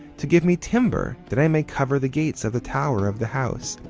to give me timber that i may cover the gates of the tower of the house,